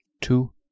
two